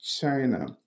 China